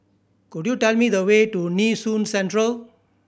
could you tell me the way to Nee Soon Central